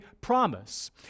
promise